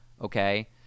Okay